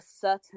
certain